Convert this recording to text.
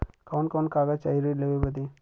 कवन कवन कागज चाही ऋण लेवे बदे?